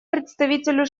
представителю